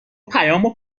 پیامو